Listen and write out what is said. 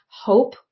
hope